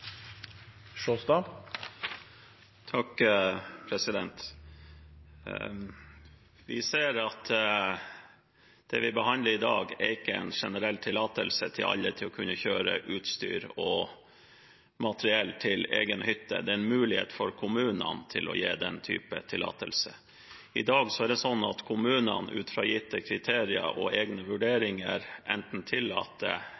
en generell tillatelse for alle til å kunne kjøre utstyr og materiell til egen hytte. Det er en mulighet for kommunene til å gi den type tillatelse. I dag er det sånn at kommunene ut fra gitte kriterier og egne